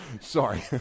sorry